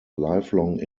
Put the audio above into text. lifelong